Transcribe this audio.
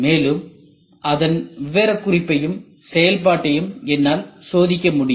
மேலும் அதன் விவரக்குறிப்பையும் செயல்பாட்டையும் என்னால் சோதிக்க முடியும்